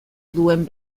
duen